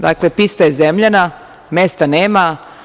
Dakle, pista je zemljana, mesta nema.